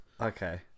Okay